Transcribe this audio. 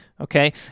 okay